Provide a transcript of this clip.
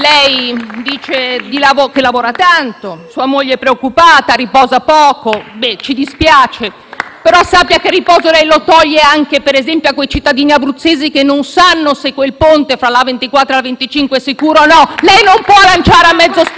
Lei dice che lavora tanto, sua moglie è preoccupata, riposa poco: ci dispiace, però sappia che il riposo lei lo toglie anche, per esempio, a quei cittadini abruzzesi che non sanno se quel ponte fra la A24 e la A25 è sicuro o no. *(Applausi dal Gruppo